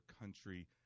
country